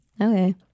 Okay